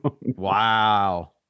Wow